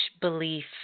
belief